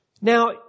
Now